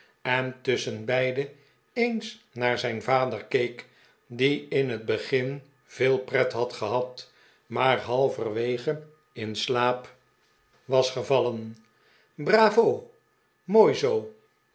en tusschenbeide eens naar zijn vader keek die in het begin veel pret had gehad maar halverwege in slaap was ge vallen bravo mooi zoo